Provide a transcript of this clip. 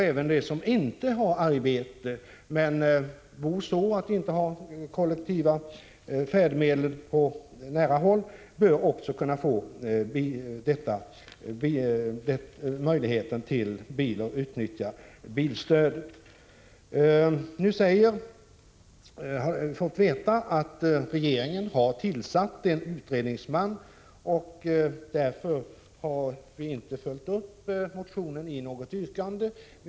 Även de som inte har arbete men bor så att de inte har kollektiva färdmedel på nära håll bör kunna få möjlighet att utnyttja bilstödet. Vi har nu fått veta att regeringen har tillsatt en utredningsman. Därför har vi inte följt upp motionen med något yrkande.